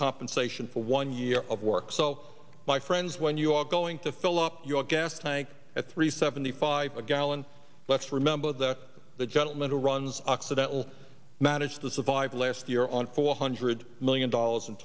compensation for one year of work so my friends when you are going to fill up your gas tank at three seventy five a gallon let's remember that the gentleman who runs occidental managed to survive last year on four hundred million dollars